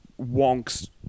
wonk's